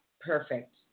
perfect